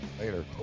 Later